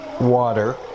water